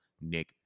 Nick